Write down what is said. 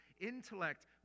intellect